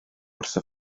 wrtho